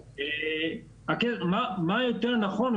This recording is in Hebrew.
מה יותר נכון,